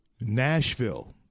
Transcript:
Nashville